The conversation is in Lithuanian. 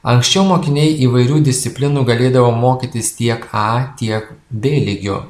anksčiau mokiniai įvairių disciplinų galėdavo mokytis tiek a tiek b lygiu